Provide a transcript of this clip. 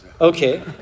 Okay